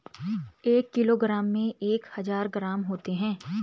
एक किलोग्राम में एक हजार ग्राम होते हैं